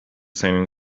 seinen